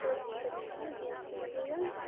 तो करनी है भेज दीजियेगा